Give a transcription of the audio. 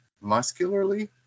muscularly